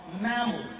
mammals